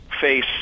face